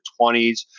20s